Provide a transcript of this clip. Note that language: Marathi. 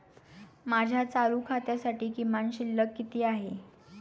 माझ्या चालू खात्यासाठी किमान शिल्लक किती आहे?